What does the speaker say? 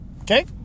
Okay